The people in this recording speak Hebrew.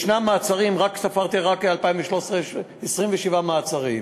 יש מעצרים, ספרתי, רק ב-2013 יש 27 מעצרים.